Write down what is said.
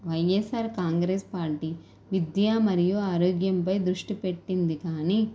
YSR Congress party విద్య మరియు ఆరోగ్యంపై దృష్టిపెట్టింది కానీ